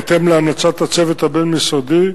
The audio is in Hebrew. בהתאם להמלצת הצוות הבין-משרדי,